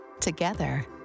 Together